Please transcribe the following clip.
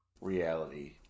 reality